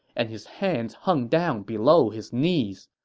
and his hands hung down below his knees.